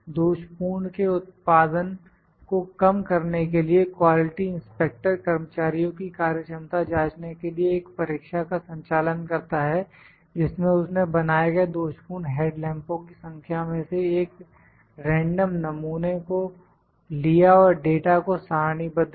दोषपूर्ण के उत्पादन को कम करने के लिए क्वालिटी इंस्पेक्टर कर्मचारियों की कार्य क्षमता जांचने के लिए एक परीक्षा का संचालन करता है जिसमें उसने बनाए गए दोषपूर्ण हेड लैंपो की संख्या में से एक रेंडम नमूने को लिया और डाटा को सारणीबद्ध किया